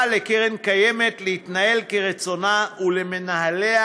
לקרן קיימת להתנהל כרצונה ולמנהליה,